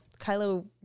Kylo